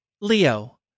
Leo